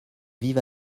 vive